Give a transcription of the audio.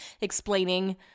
explaining